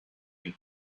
you